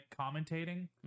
commentating